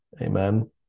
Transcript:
Amen